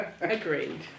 Agreed